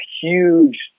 huge